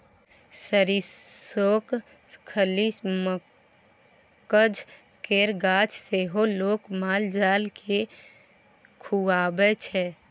सरिसोक खल्ली, मकझ केर गाछ सेहो लोक माल जाल केँ खुआबै छै